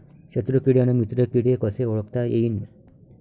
शत्रु किडे अन मित्र किडे कसे ओळखता येईन?